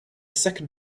second